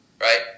right